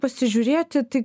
pasižiūrėti tai